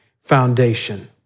foundation